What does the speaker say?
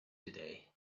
today